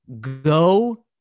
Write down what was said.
go